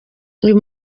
uyu